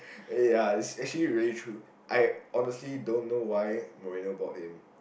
uh ya it's actually very true I honestly don't know why marina bought him